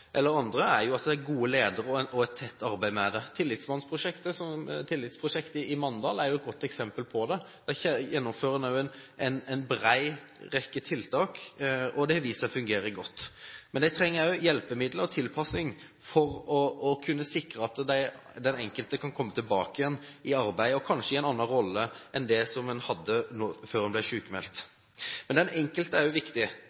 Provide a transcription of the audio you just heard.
andre – er at det er gode ledere og et tett arbeid med dette. Tillitsprosjektet i Mandal er et godt eksempel på det. Der gjennomfører en også en rekke tiltak, og det viser seg å fungere godt. Men de trenger også hjelpemidler og tilpasning for å kunne sikre at den enkelte kan komme tilbake igjen i arbeid, kanskje i en annen rolle enn den en hadde før en ble sykmeldt. Men den enkelte er også viktig.